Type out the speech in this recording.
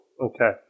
okay